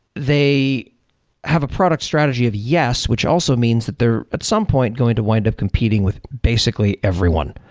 they have a product strategy of yes, which also means that they're at some point going to wind up competing with basically everyone,